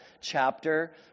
chapter